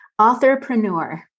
authorpreneur